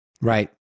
Right